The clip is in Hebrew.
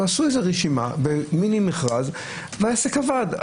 עשו איזו רשימה במיני מכרז, והעסק עבד.